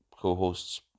co-host's